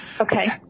Okay